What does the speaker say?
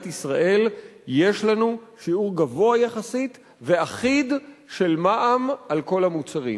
ישראל יש לנו שיעור גבוה יחסית ואחיד של מע"מ על כל המוצרים.